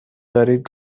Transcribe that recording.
دارید